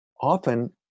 often